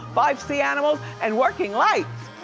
five sea animals, and working lights.